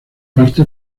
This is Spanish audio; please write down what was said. parte